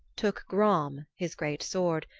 took gram, his great sword,